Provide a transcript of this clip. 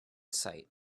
sight